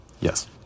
Yes